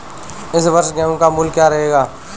इस वर्ष गेहूँ का मूल्य क्या रहेगा?